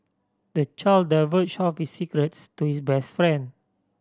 the child divulged all his secrets to his best friend